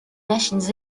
machines